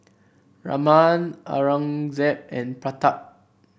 Raman Aurangzeb and Pratap